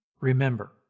Remember